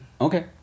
Okay